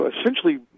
essentially